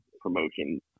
promotion